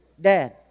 Dad